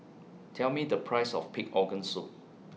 Tell Me The Price of Pig Organ Soup